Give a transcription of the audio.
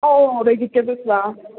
ओ vegetables वा